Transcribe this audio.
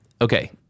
Okay